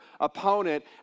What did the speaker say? opponent